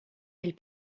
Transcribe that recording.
elle